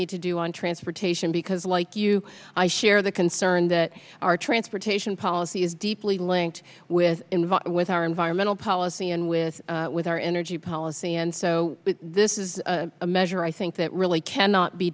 need to do on transportation because like you i share the concern that our transportation policy is deeply linked with involved with our environmental policy and with with our energy policy and so this is a measure i think that really cannot be